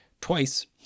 twice